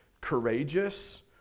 courageous